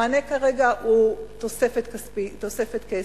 המענה כרגע הוא תוספת כסף.